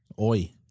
oi